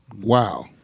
wow